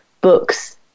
books